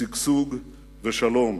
שגשוג ושלום,